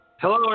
Hello